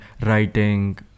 writing